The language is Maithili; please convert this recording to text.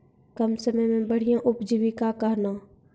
कम समय मे बढ़िया उपजीविका कहना?